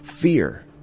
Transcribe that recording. fear